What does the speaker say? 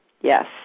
yes